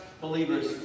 believers